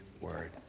word